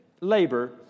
labor